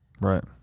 Right